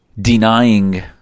denying